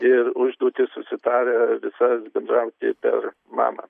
ir užduotis susitarę visas bendrauti per mamą